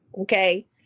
okay